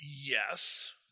Yes